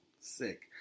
sick